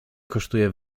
kosztuje